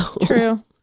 True